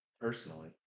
personally